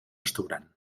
restaurant